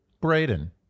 Braden